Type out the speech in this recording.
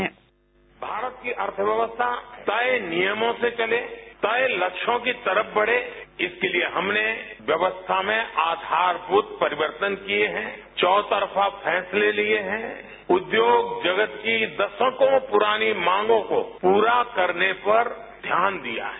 bite प्रधानमंत्री भारत की अर्थव्यवस्था तय नियमों से चले तय लक्ष्यों की तरफ बढ़े इसके लिए हमने व्यवस्था में आधारभूत परिवर्तन किए हैं चौतरफा फैसले लिए हैं उद्योग जगत की दशकों पुरानी मांगों को पूरा करने पर ध्यान दिया है